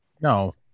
No